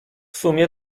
sumie